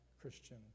Christian